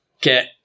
get